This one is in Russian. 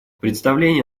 представление